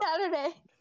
Saturday